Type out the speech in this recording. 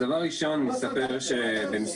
דבר ראשון, במסגרת